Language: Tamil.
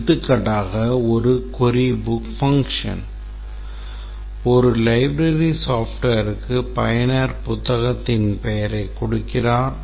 எடுத்துக்காட்டாக ஒரு query book function ஒரு library softwareக்கு பயனர் புத்தகத்தின் பெயரைக் கொடுக்கிறார்